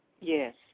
Yes